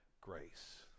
grace